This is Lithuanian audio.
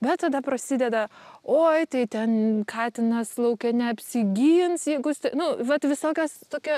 bet tada prasideda oi tai ten katinas lauke neapsigins jeigu jisai nu vat visokios tokia